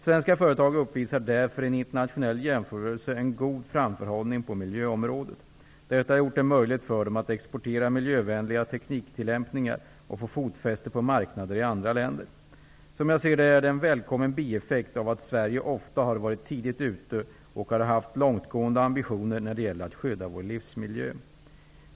Svenska företag uppvisar därför i en internationell jämförelse en god framförhållning på miljöområdet. Detta har gjort det möjligt för dem att exportera miljövänliga tekniktillämpningar och få fotfäste på marknader i andra länder. Som jag ser det är det en välkommen bieffekt av att Sverige ofta har varit tidigt ute och har haft långtgående ambitioner när det gäller att skydda vår livsmiljö.